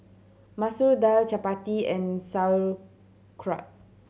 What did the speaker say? Masoor Dal Chapati and Sauerkraut